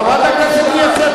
חברת הכנסת ליה שמטוב,